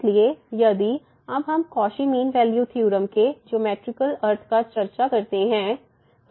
इसलिए यदि अब हम कौशी मीन वैल्यू थ्योरम के ज्योमैट्रिकल अर्थ की चर्चा करते हैं